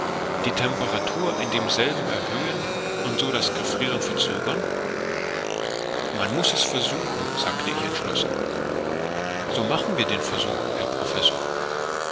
die temperatur in demselben erhöhen und so das gefrieren verzögern man muß es versuchen sagte ich entschlossen so machen wir den versuch herr professor